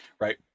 right